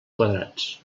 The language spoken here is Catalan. quadrats